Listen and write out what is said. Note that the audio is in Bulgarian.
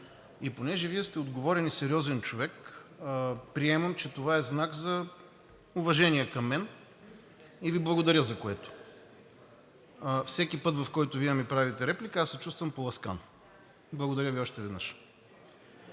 И понеже Вие сте сериозен и отговорен човек, приемам, че това е знак за уважение към мен и Ви благодаря за което. Всеки път, в който Вие ми правите реплика, аз се чувствам поласкан. Благодаря Ви още веднъж.